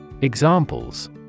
Examples